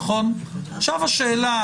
עכשיו השאלה,